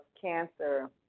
cancer